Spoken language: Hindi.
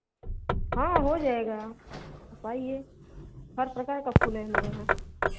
हाँ हो जाएगा आप आईए हर प्रकार का फूल है हमारे यहाँ